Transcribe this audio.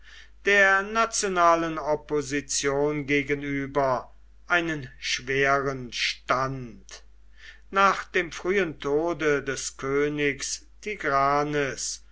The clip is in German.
der nationalen opposition gegenüber einen schweren stand nach dem frühen tode des königs